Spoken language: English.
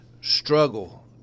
struggle